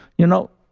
you know,